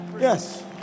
Yes